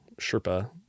Sherpa